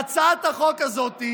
והצעת החוק הזאת,